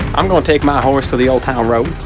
i'm gonna take my horse to the ol' town road.